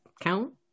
count